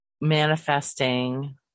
manifesting